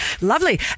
lovely